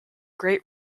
great